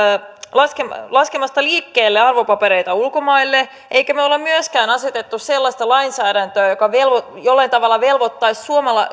laskemasta laskemasta liikkeelle arvopapereita ulkomaille emmekä me ole myöskään asettaneet sellaista lainsäädäntöä joka jollain tavalla velvoittaisi